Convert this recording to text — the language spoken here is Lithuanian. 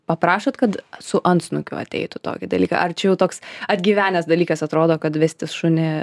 paprašot kad su antsnukiu ateitų tokį dalyką ar čia jau toks atgyvenęs dalykas atrodo kad vestis šunį